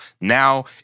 Now